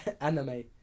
Anime